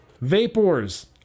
Vapors